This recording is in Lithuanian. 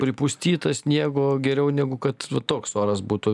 pripustyta sniego geriau negu kad toks oras būtų